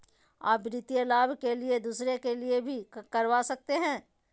आ वित्तीय लाभ के लिए दूसरे के लिए भी करवा सकते हैं?